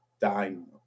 dying